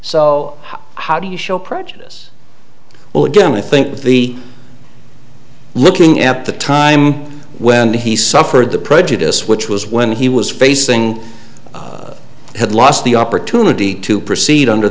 so how do you show prejudice well again i think the looking at the time when he suffered the prejudice which was when he was facing had lost the opportunity to proceed under